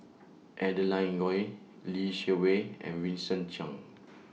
Adeline Ooi Lee Shermay and Vincent Cheng